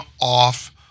off